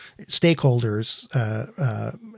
stakeholders